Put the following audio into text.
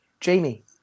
Jamie